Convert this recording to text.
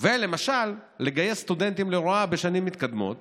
למשל לגייס סטודנטים להוראה בשנים מתקדמות